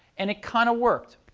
and it kind of worked.